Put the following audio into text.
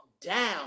down